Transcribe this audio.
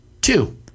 Two